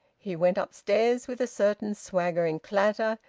he went upstairs with a certain swaggering clatter,